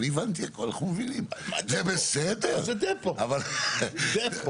אתם באיזה שהוא